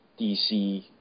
DC